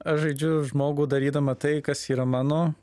aš žaidžiu žmogų darydama tai kas yra mano